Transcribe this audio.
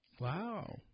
Wow